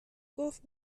گفت